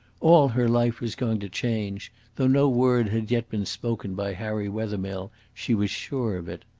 all her life was going to change though no word had yet been spoken by harry wethermill, she was sure of it.